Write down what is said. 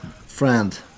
friend